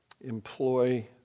employ